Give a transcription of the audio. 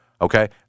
Okay